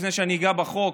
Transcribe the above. לפני שאני אגע בחוק,